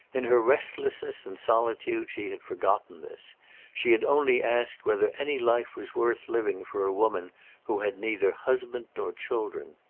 in her restlessness and solitude, she had forgotten this she had only asked whether any life was worth living for a woman who had neither husband nor children.